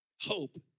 hope